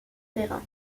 perrin